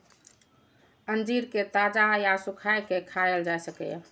अंजीर कें ताजा या सुखाय के खायल जा सकैए